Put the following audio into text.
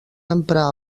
emprar